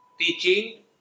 teaching